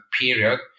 period